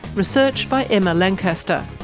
research by emma lancaster,